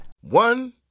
One